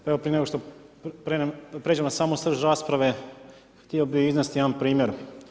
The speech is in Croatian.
Prije nego što pređem na samu srž rasprave, htio bih iznest jedan primjer.